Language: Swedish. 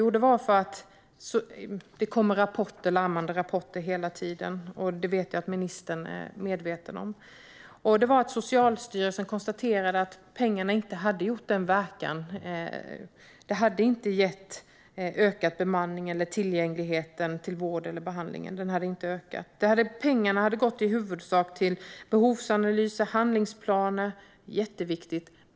Jo, det var för att det hela tiden kommer larmrapporter - det vet jag att ministern är medveten om - och att Socialstyrelsen konstaterade att pengarna inte hade gjort verkan i form av ökad bemanning eller tillgänglighet till vård och behandling. Pengarna hade i huvudsak gått till behovsanalyser och handlingsplaner, som är jätteviktiga.